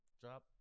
drop